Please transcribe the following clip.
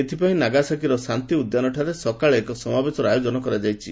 ଏଥିପାଇଁ ନାଗାସାକିର ଶାନ୍ତି ଉଦ୍ୟାନଠାରେ ସକାଳେ ଏକ ସମାବେଶର ଆୟୋଜନ କରାଯାଇଛି